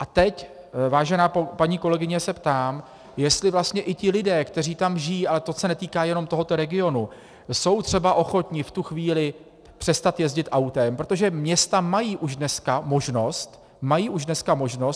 A teď, vážená paní kolegyně, se ptám, jestli vlastně i ti lidé, kteří tam žijí, a to se netýká jenom tohoto regionu, jsou třeba ochotni v tu chvíli přestat jezdit autem, protože města mají už dnes možnost,